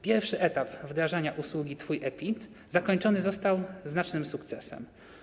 Pierwszy etap wdrażania usługi Twój e-PIT zakończony został znacznym sukcesem.